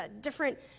different